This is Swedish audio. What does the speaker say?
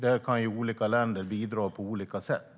Där kan olika länder bidra på olika sätt.